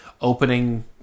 opening